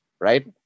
right